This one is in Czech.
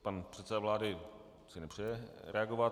Pan předseda vlády si nepřeje reagovat.